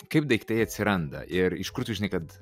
kaip daiktai atsiranda ir iš kur tu žinai kad